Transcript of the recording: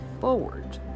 forward